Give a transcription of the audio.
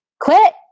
quit